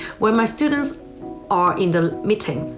when my students are in the meeting,